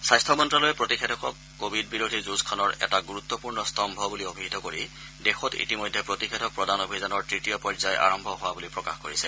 স্বাস্থ্য মন্ত্ৰ্যালয়ে প্ৰতিষেধকক কোৱিড বিৰোধী যুঁজখনৰ এটা গুৰুত্পূৰ্ণ স্তম্ভ বুলি অভিহিত কৰি দেশত ইতিমধ্যে প্ৰতিষেধক প্ৰদান অভিযানৰ তৃতীয় পৰ্যয় আৰম্ভ হোৱা বুলি প্ৰকাশ কৰিছে